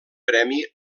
premi